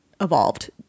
evolved